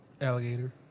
Alligator